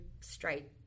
straight